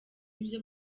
ibyo